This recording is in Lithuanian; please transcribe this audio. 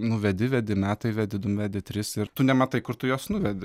nu vedi vedi metai vedi du vedi tris ir tu nematai kur tu juos nuvedi